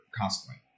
constantly